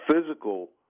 physical